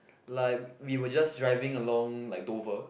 like we were just driving along like Dover